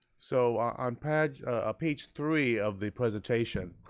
so on page ah page three of the presentation,